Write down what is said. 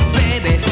baby